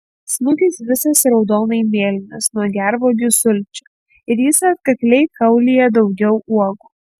snukis visas raudonai mėlynas nuo gervuogių sulčių ir jis atkakliai kaulija daugiau uogų